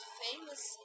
famous